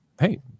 hey